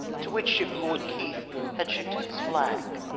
to which ship lord keith had shifted his flag.